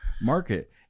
market